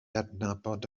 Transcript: adnabod